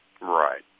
Right